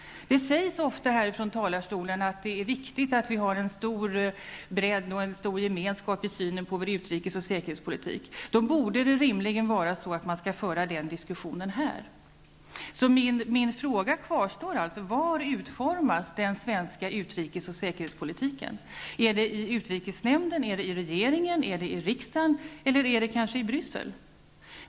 Det sägs ofta här från talarstolen att det är viktigt att vi har en bredd och en stor gemenskap i synen på vår utrikes och säkerhetspolitik. Då borde rimligen diskussionen föras här i riksdagen. Min fråga kvarstår alltså: Var utformas den svenska utrikes och säkerhetspolitiken? Är det i utrikesnämnden, i regeringen, i riksdagen eller är det kanske i Bryssel?